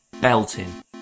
belting